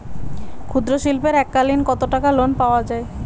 ক্ষুদ্রশিল্পের এককালিন কতটাকা লোন পাওয়া য়ায়?